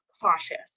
cautious